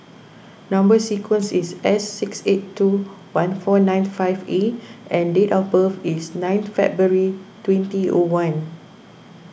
Number Sequence is S six eight two one four nine five A and date of birth is ninth February twenty O one